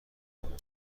کنم